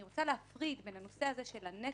אני רוצה להפריד בין הנושא הזה של הנטל